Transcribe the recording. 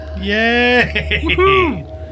Yay